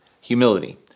Humility